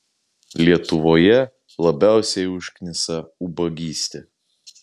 lietuvoje labiausiai užknisa ubagystė